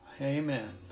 Amen